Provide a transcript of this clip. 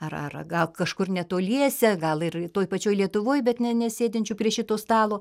ar ar gal kažkur netoliese gal ir toj pačioj lietuvoj bet ne nesėdinčių prie šito stalo